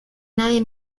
nadie